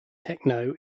techno